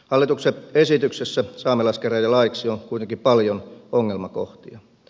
hallituksen esityksessä saamelaiskäräjälaiksi on kuitenkin paljon ongelmakohtia